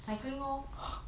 cycling lor